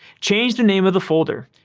change the name of the folder.